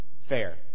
fair